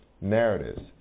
narratives